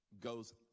goes